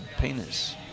penis